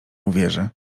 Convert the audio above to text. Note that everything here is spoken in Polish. uwierzy